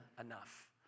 enough